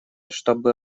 чтобы